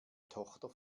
tochter